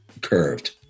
curved